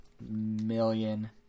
million